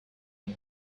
men